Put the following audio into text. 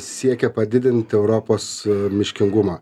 siekia padidinti europos miškingumą